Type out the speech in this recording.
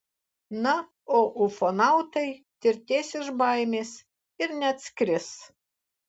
na o ufonautai tirtės iš baimės ir neatskris